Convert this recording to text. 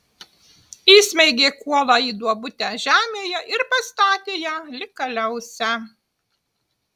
įsmeigė kuolą į duobutę žemėje ir pastatė ją lyg kaliausę